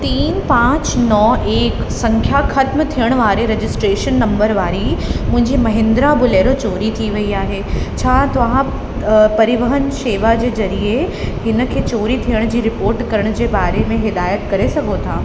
तीन पांच नौ एक संख्या ख़तम थियण वारे रजिस्ट्रेशन नंबर वारी मुंहिंजी महिंद्रा बोलेरो चोरी थी वई आहे छा तव्हां परिवहन शेवा जे ज़रिए हिन खे चोरी थियण जी रिपोट करण जे बारे में हिदायत करे सघो था